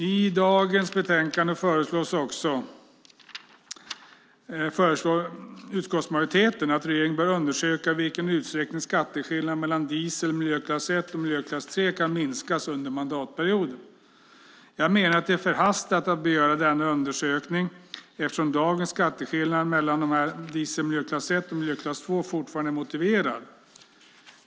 I betänkandet säger utskottsmajoriteten att regeringen bör undersöka i vilken utsträckning skatteskillnaden mellan diesel miljöklass 1 och diesel miljöklass 3 kan minskas under mandatperioden. Jag menar att det är förhastat att begära denna undersökning eftersom dagens skatteskillnad mellan diesel miljöklass 1 och diesel miljöklass 2 fortfarande är motiverad.